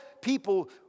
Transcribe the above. people